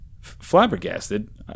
Flabbergasted